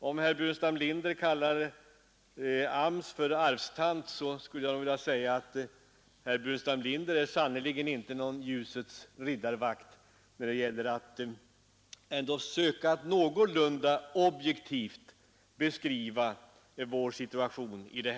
Om herr Burenstam Linder kallar AMS för arvtant, skulle jag vilja säga att herr Burenstam Linder sannerligen inte är någon ljusets riddarvakt när det gäller att någorlunda objektivt söka beskriva det ekonomiska läget.